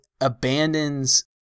abandons